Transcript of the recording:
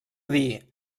dir